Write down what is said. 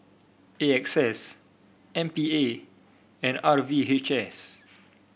A X S M P A and R V H S